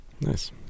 Nice